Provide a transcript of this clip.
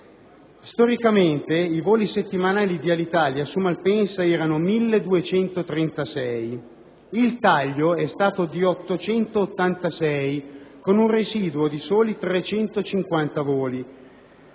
Storicamente i voli settimanali di Alitalia su Malpensa erano 1.236. Il taglio è stato di 886, con un residuo di soli 350 voli.